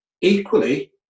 equally